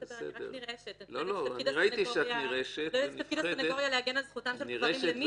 אני רק נרעשת מהתפקיד של הסנגוריה להגן על זכותם של גברים למין.